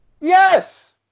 Yes